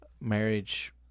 marriage